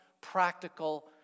practical